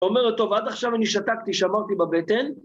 אומרת, טוב, עד עכשיו אני שתקתי, שמרתי בבטן.